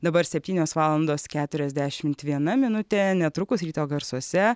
dabar septynios valandos keturiasdešimt viena minutė netrukus ryto garsuose